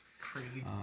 Crazy